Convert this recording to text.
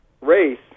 race